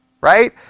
right